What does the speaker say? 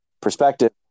perspective